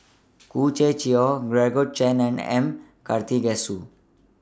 Khoo Swee Chiow Georgette Chen and M Karthigesu